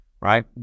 right